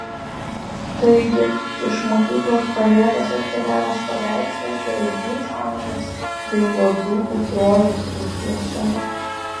taigi iš mokyklos palėpės atkeliavęs paveikslas galbūt amžiams dingo dzūkų trojos rūsiuose